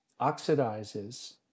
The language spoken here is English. oxidizes